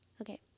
Okay